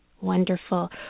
Wonderful